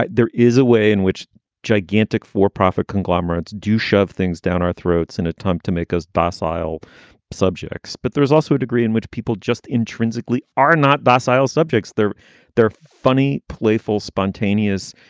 like there is a way in which gigantic for profit conglomerates do shove things down our throats and attempt to make us docile subjects. but there's also a degree in which people just intrinsically are not docile subjects. they're they're funny, playful, spontaneous,